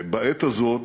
בעת הזאת